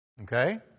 Okay